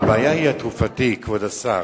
הבעיה היא הטיפול התרופתי, כבוד השר,